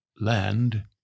land